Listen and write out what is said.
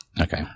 Okay